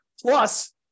Plus